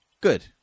Good